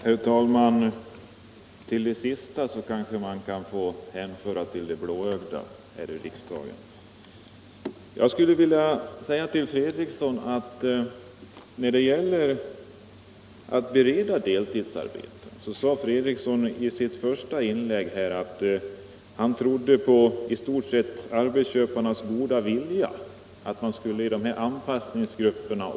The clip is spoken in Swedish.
Herr talman! Det senaste kanske man kan få hänföra till det blåögda här i riksdagen. Herr Fredriksson sade i sitt första inlägg beträffande deltidsarbete att han i stort sett trodde på arbetsköparnas goda vilja — att man skulle ordna den här saken i anpassningsgrupperna.